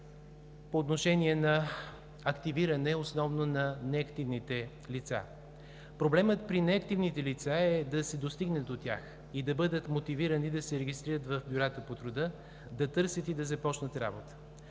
по отношение на активиране основно на неактивните лица? Проблемът при неактивните лица е да се достигне до тях и да бъдат мотивирани да се регистрират в бюрата по труда, да търсят и да започнат работа.